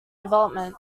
development